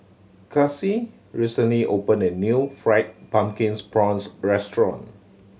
Kaci recently opened a new Fried Pumpkin Prawns restaurant